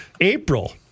April